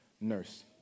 nurse